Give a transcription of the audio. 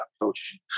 coaching